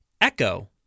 Echo